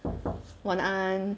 晚安